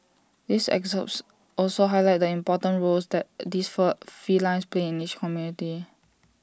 these excerpts also highlight the important roles that these four felines play in each community